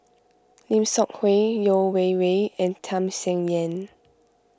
Lim Seok Hui Yeo Wei Wei and Tham Sien Yen